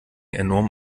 enorm